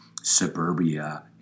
suburbia